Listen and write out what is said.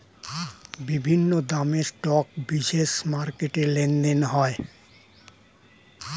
বিভিন্ন দামের স্টক বিশেষ মার্কেটে লেনদেন হয়